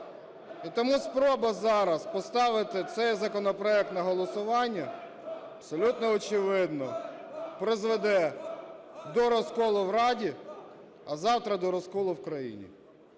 тому спроба зараз поставити цей законопроект на голосування абсолютно очевидно призведе до розколу в Раді, а завтра – до розколу в країні.